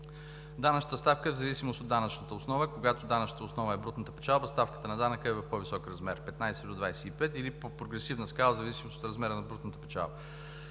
Данъчната ставка, в зависимост от данъчната основа, е когато данъчната основа е брутната печалба, ставката на данъка е в по-висок размер – 15 до 25, или по прогресивна скала, в зависимост от размера на брутната печалба.